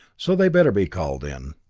so they better be called in.